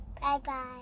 Bye-bye